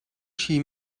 chi